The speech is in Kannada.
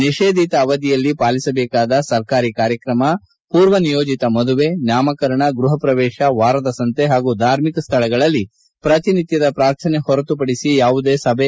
ನಿಷೇಧಿತ ಅವಧಿಯಲ್ಲಿ ಪಾಲಿಸಬೇಕಾದ ಸರ್ಕಾರಿ ಕಾರ್ಯಕ್ರಮ ಪೂರ್ವ ನಿಯೋಜಿತ ಮದುವೆ ನಾಮಕರಣ ಗೃಹ ಪ್ರವೇಶ ವಾರದ ಸಂತೆ ಹಾಗೂ ಧಾರ್ಮಿಕ ಸ್ಥಳಗಳಲ್ಲಿ ಪ್ರತಿ ನಿತ್ಯದ ಪ್ರಾರ್ಥನೆ ಹೊರತುಪಡಿಸಿ ಯಾವುದೇ ಸಭೆ